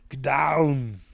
Down